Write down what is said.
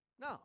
No